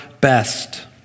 best